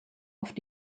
oft